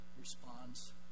responds